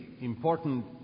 important